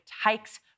hikes